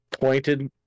pointed